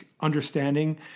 understanding